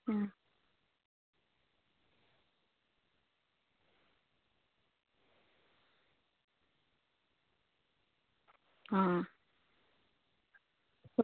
ആ ആ